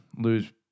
lose